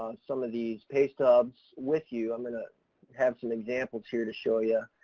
some of these pay stubs with you. i'm gonna have some examples here to show you,